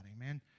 Amen